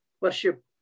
worship